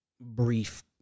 brief